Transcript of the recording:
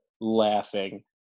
laughing